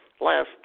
last